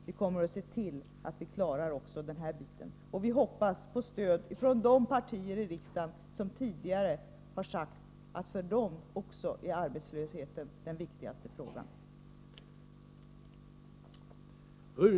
Vi kommer att se till att vi klarar också det här. Vi hoppas på stöd från de partier i riksdagen som tidigare har sagt att arbetslösheten är den viktigaste frågan även för dem.